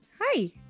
Hi